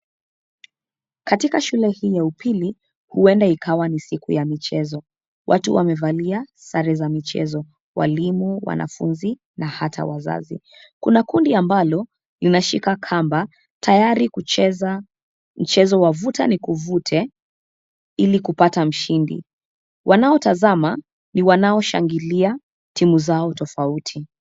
Katika shule hii ya upili, huenda ikawa ni siku ya michezo. Watu wamevalia sare za michezo, walimu, wanafunzi na hata wazazi. Kuna kundi ambalo linashika kamba tayari kucheza mchezo wa vuta nikuvute ilikupta mshindi. Wanaotazama ni wanaoshangilia timu zao tofauti.